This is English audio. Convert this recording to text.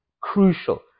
crucial